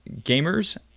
gamers